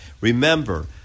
Remember